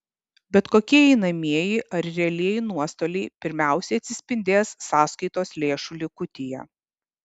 bet kokie einamieji ar realieji nuostoliai pirmiausiai atsispindės sąskaitos lėšų likutyje